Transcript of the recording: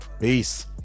Peace